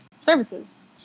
services